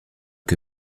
que